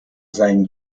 sein